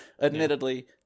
admittedly